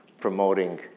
promoting